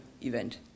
event